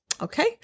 Okay